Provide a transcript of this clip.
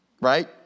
right